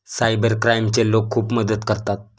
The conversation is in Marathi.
सायबर क्राईमचे लोक खूप मदत करतात